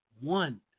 one